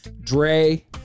Dre